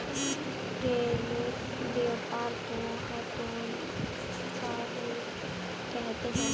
tariff व्यापार को हतोत्साहित करते हैं